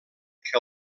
que